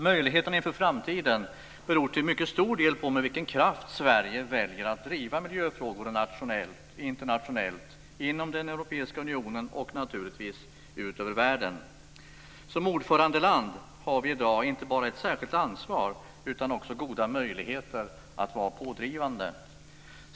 Möjligheterna inför framtiden beror till mycket stor del på med vilken kraft Sverige väljer att driva miljöfrågor nationellt, inom den europeiska unionen och naturligtvis ut över världen. Som ordförandeland har vi i dag inte bara ett särskilt ansvar utan också goda möjligheter att vara pådrivande.